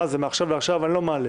מעכשיו לעכשיו אני לא מעלה.